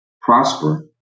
prosper